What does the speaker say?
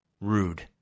rude